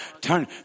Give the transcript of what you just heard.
turn